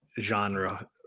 genre